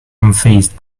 unfazed